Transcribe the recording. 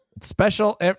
special